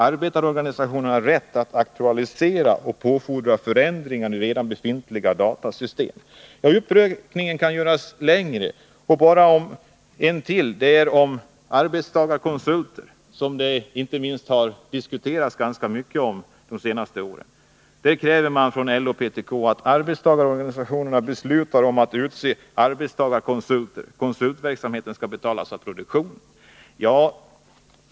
Arbetstagarorganisationerna har rätt att aktualisera och påfordra förändringar i redan befintliga datasystem. Om arbetstagarkonsulter—som har diskuterats ganska mycket de senaste åren — säger LO och PTK att arbetstagarorganisationerna beslutar om och utser arbetstagarkonsulter. Konsultverksamheten skall betalas av produktionen.